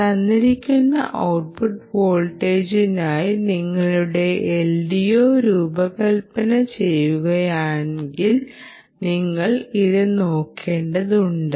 തന്നിരിക്കുന്ന ഔട്ട്പുട്ട് വോൾട്ടേജിനായി നിങ്ങളുടെ LDO രൂപകൽപ്പന ചെയ്തിരിക്കുന്നതിനാൽ നിങ്ങൾ ഇത് നോക്കേണ്ടതുണ്ട്